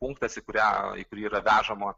punktas į kurią į kurį yra vežama